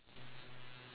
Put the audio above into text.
are you serious